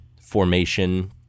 formation